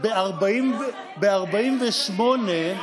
ב-1948,